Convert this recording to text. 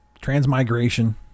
Transmigration